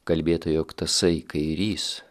kalbėta jog tasai kairys